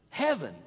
Heaven